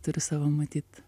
turi savo matyt